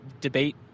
debate